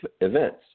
events